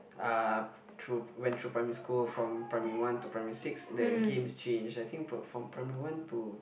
uh through went through primary school from primary one to primary six the games change I think from from primary one to